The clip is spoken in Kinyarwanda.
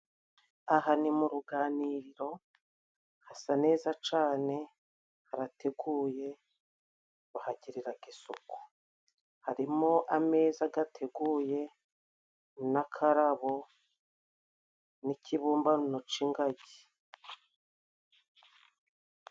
Aha ni mu ruganiriro, hasa neza cyane, harateguye bahagirira isuku, harimo ameza ateguye n'akarabo n'ikibumbano k'iingagi.